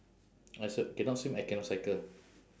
I s~ cannot swim cannot cycle